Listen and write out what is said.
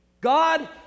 God